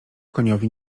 koniowi